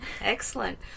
Excellent